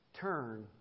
Turn